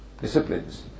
disciplines